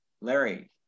Larry